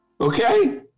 Okay